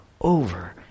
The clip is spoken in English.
over